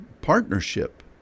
partnership